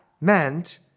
meant